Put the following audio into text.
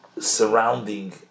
surrounding